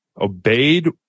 obeyed